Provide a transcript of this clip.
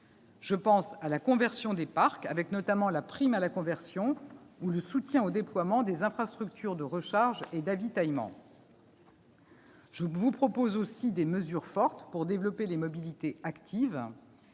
Je pense aussi à la conversion des parcs, avec, notamment, la prime à la conversion ou le soutien au déploiement des infrastructures de recharge et d'avitaillement. Je vous propose aussi des mesures fortes pour développer les mobilités actives.